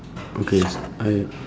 okay I